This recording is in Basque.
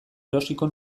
erosiko